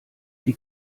die